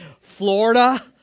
Florida